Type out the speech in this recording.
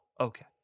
Okay